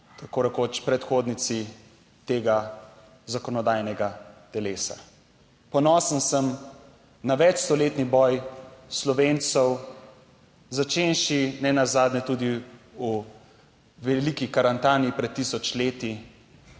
tako rekoč predhodnici tega zakonodajnega telesa. Ponosen sem na več stoletni boj Slovencev, začenši nenazadnje tudi v veliki Karantaniji pred tisoč leti,